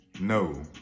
No